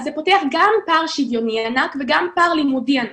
אז זה פותח גם פער שוויוני ענק וגם פער לימודי ענק.